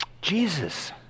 Jesus